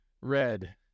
red